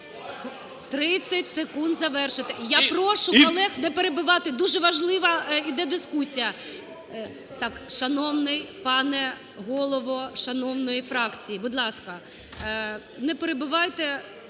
30 секунд завершити. Я прошу колег не перебивати. Дуже важлива іде дискусія. Так, шановний пане голово шановної фракції, будь ласка, не перебивайте.